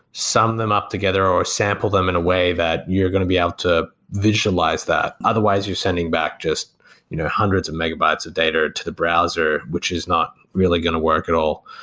sum them up together or sample them in a way that you're going to be able to visualize that. otherwise you're sending back just you know hundreds of megabytes of data to the browser, which is not really going to work at all.